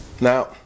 Now